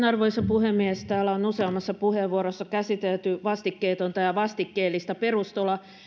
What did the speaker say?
arvoisa puhemies täällä on useammassa puheenvuorossa käsitelty vastikkeetonta ja vastikkeellista perustuloa